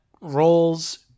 roles